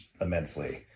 immensely